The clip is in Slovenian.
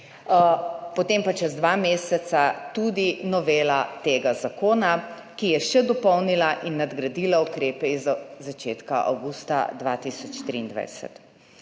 potem pa čez dva meseca tudi novela tega zakona, ki je še dopolnila in nadgradila ukrepe iz začetka avgusta 2023.